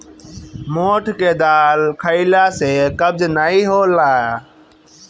मोठ के दाल खईला से कब्ज नाइ होला